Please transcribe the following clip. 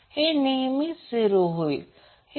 हे नेहमीच 0 होईल